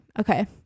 Okay